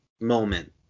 moment